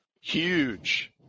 huge